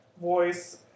voice